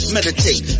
Meditate